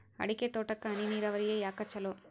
ಅಡಿಕೆ ತೋಟಕ್ಕ ಹನಿ ನೇರಾವರಿಯೇ ಯಾಕ ಛಲೋ?